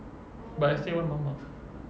but I still want mamak